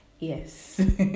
Yes